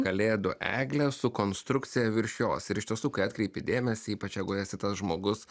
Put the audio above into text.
kalėdų eglė su konstrukcija virš jos ir iš tiesų kai atkreipi dėmesį ypač jeigu esi tas žmogus